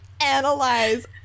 analyze